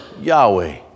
Yahweh